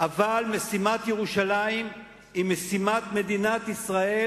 אבל משימת ירושלים היא משימת מדינת ישראל,